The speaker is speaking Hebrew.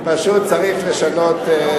פשוט צריך לשנות.